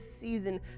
season